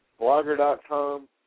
blogger.com